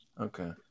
Okay